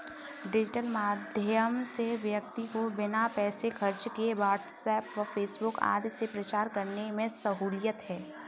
digital माध्यम से व्यक्ति को बिना पैसे खर्च किए व्हाट्सएप व फेसबुक आदि से प्रचार करने में सहूलियत है